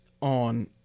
on